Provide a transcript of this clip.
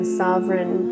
sovereign